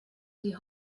die